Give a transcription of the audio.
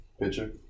Picture